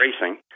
racing